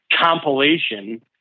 compilation